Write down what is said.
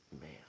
Man